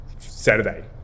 saturday